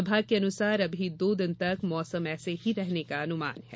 विभाग के अनुसार अभी दो दिन तक मौसम ऐसे ही रहने का अनुमान है